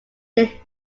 they